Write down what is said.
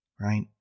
Right